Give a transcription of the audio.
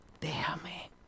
Déjame